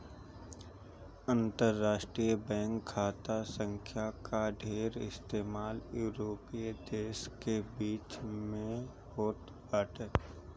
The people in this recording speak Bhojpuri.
अंतरराष्ट्रीय बैंक खाता संख्या कअ ढेर इस्तेमाल यूरोपीय देस के बीच में होत बाटे